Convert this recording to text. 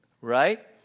right